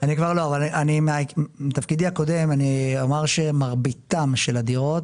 אבל מתפקידי הקודם אני אגיד שמרביתן של הדירות